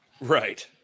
right